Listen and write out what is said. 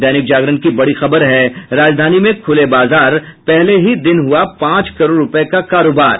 दैनिक जागरण की बड़ी खबर है राजधानी में खुले बाजार पहले ही दिन हुआ पांच करोड़ रूपये का कारोबार